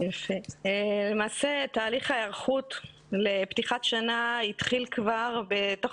למעשה תהליך ההיערכות מפתיחת שנה התחיל כבר ותוך